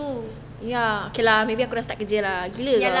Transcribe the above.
ya lah but